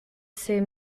ses